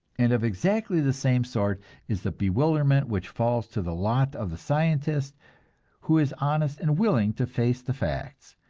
and of exactly the same sort is the bewilderment which falls to the lot of the scientist who is honest and willing to face the facts.